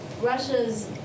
Russia's